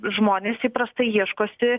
žmonės įprastai ieškosi